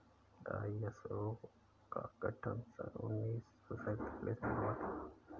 ISO का गठन सन उन्नीस सौ सैंतालीस में हुआ था